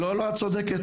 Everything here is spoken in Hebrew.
את צודקת.